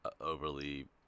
overly